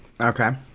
Okay